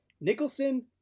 Nicholson